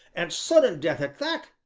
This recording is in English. and sudden death at that,